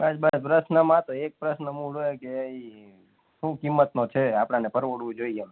બસ બસ પ્રશ્નમાં તો એક પ્રશ્ન મૂળ હોય કે એ શું કિંમતનો છે આપણને પરવડવું જોઈએ એમ